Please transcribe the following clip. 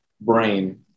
brain